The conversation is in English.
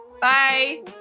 bye